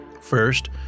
First